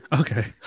Okay